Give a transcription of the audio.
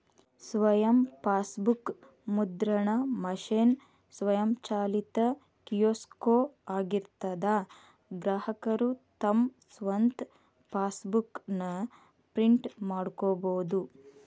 ಸ್ವಯಂ ಫಾಸ್ಬೂಕ್ ಮುದ್ರಣ ಮಷೇನ್ ಸ್ವಯಂಚಾಲಿತ ಕಿಯೋಸ್ಕೊ ಆಗಿರ್ತದಾ ಗ್ರಾಹಕರು ತಮ್ ಸ್ವಂತ್ ಫಾಸ್ಬೂಕ್ ನ ಪ್ರಿಂಟ್ ಮಾಡ್ಕೊಬೋದು